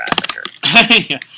trafficker